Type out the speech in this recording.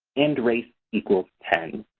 and race equals ten.